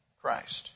Christ